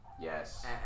Yes